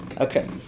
okay